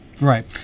Right